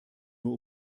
nur